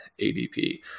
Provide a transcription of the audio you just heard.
ADP